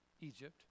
Egypt